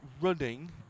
running